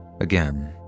Again